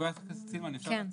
חברת הכנסת סילמן, אפשר להציע?